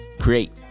create